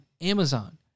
Amazon